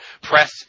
Press